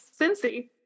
Cincy